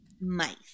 mice